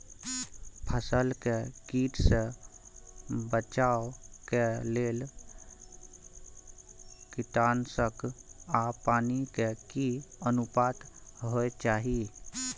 फसल के कीट से बचाव के लेल कीटनासक आ पानी के की अनुपात होय चाही?